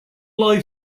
live